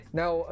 now